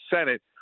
senate